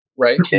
right